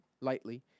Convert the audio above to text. lightly